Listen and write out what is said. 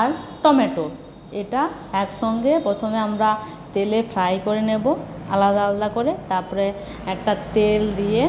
আর tomato এটা একসঙ্গে প্রথমে আমরা তেলে ফ্রাই করে নেবো আলাদা আলাদা করে তারপরে একটা তেল দিয়ে